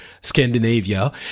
Scandinavia